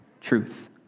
truth